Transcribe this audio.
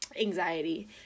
anxiety